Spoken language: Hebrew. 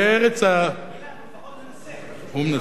בארץ, אילן, הוא לפחות מנסה,